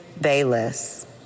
Bayless